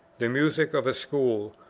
the music of a school,